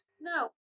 No